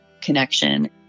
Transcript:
connection